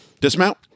Dismount